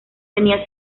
tenía